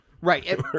Right